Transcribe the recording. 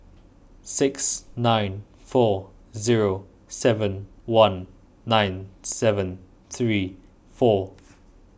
six nine four zero seven one nine seven three four